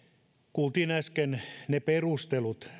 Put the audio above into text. kuultiin äsken ne perustelut